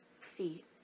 feet